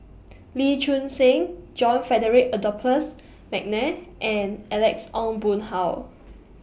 Lee Choon Seng John Frederick Adolphus Mcnair and Alex Ong Boon Hau